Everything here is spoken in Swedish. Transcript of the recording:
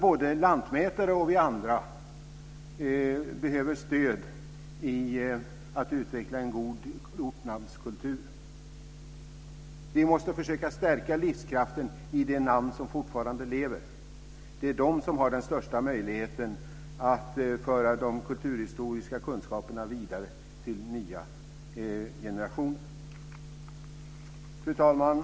Både lantmätare och vi andra behöver stöd i att utveckla en god ortnamnskultur. Vi måste försöka stärka livskraften i de namn som fortfarande lever. Det är de som har den största möjligheten att föra de kulturhistoriska kunskaperna vidare till nya generationer. Fru talman!